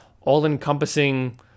all-encompassing